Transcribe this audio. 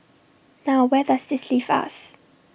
now where does this leave us